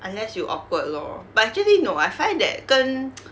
unless you awkward lor but actually no I find that 跟